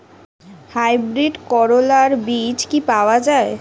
Hybrid করলার বীজ কি পাওয়া যায়?